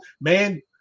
man